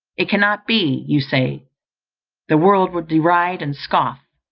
it cannot be, you say the world would deride and scoff.